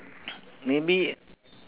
maybe